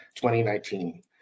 2019